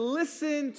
listen